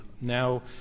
Now